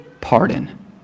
pardon